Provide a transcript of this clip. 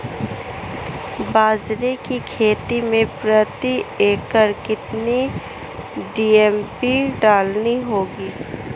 बाजरे की खेती में प्रति एकड़ कितनी डी.ए.पी डालनी होगी?